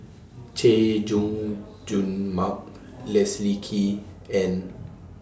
Chay Jung Jun Mark Leslie Kee and